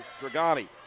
Dragani